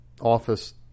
office